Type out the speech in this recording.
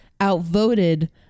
outvoted